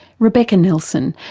rebecca nelson,